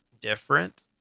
different